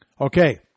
Okay